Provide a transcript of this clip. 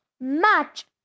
Match